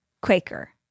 Quaker